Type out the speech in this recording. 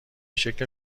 شکل